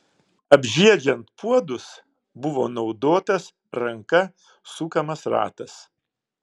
apžiedžiant puodus buvo naudotas ranka sukamas ratas